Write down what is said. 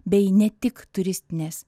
bei ne tik turistinės